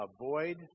avoid